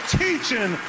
teaching